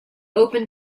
open